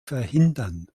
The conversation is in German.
verhindern